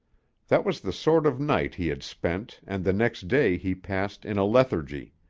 that was the sort of night he had spent and the next day he passed in a lethargy.